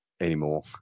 anymore